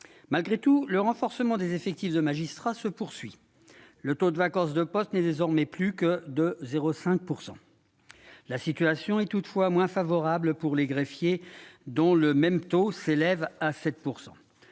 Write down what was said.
malgré tout, le renforcement des effectifs de magistrats se poursuit, le taux de vacance de poste n'est désormais plus que de 0 5 pourcent la situation est toutefois moins favorable pour les greffiers dont le même taux s'élève à 7